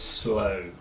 slow